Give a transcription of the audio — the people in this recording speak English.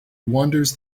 wanders